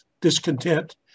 discontent